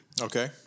Okay